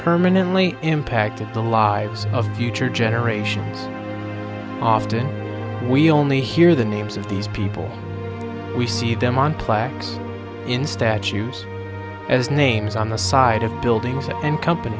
permanently impacted the lives of future generations often we only hear the names of these people we see them on plaques in statues as names on the side of buildings and compan